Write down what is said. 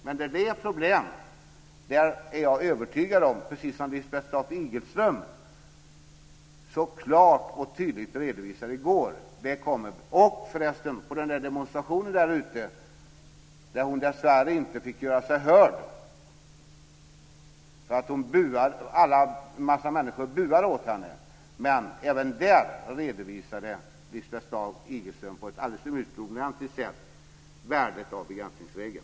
Men där det är problem är jag övertygad om att det är precis som Lisbeth Staaf-Igelström så klart och tydligt redovisade i går. Det gjorde hon förresten också på demonstrationen där ute. Hon kunde dessvärre inte göra sig hörd för att en massa människor buade åt henne. Men även där redovisade Lisbeth Staaf-Igelström på ett alldeles utomordentligt sätt värdet av begränsningsregeln.